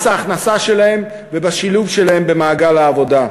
ההכנסה שלהם ובשילוב שלהם במעגל העבודה.